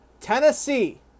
Tennessee